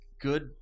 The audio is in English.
good